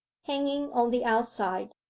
hanging on the outside,